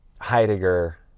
Heidegger